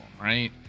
right